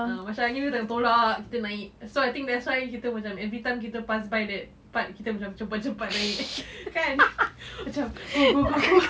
ah macam angin dia tengah tolak kita naik so I think that's why kita macam every time kita pass by that part kita macam cepat-cepat naik kan macam go go go go